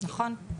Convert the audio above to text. נכון.